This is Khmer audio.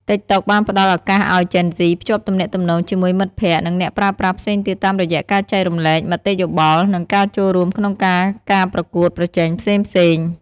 តិកតុកបានផ្ដល់ឱកាសឱ្យជេនហ្ស៊ីភ្ជាប់ទំនាក់ទំនងជាមួយមិត្តភក្តិ និងអ្នកប្រើប្រាស់ផ្សេងទៀតតាមរយៈការចែករំលែក មតិយោបល់ និងការចូលរួមក្នុងការការប្រកួតប្រជែងផ្សេងៗ។